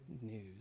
news